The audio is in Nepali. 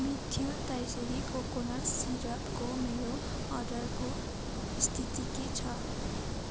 मेथ्यू ताइसेरी कोकोनट सिरपको मेरो अर्डरको स्थिति के छ